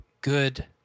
good